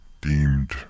deemed